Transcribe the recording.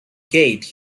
gate